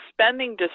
spending